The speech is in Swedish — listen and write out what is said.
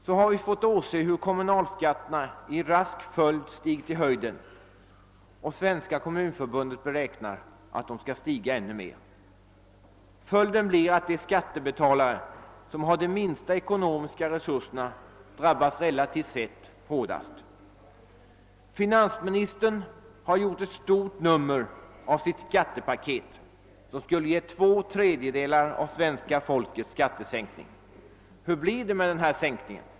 Vi har nu fått se hur kommunalskatterna i rask följd har stigit i höjden, och Svenska kommunförbundet beräknar att de kommer att stiga ännu mer. Följden blir att de skattebetalare som har de minsta ekonomiska resur serna drabbas relativt sett hårdast. Finansministern har gjort ett stort nummer av sitt skattepaket, som skulle ge två tredjedelar av svenska folket skattesänkning. Hur blir det med denna sänkning?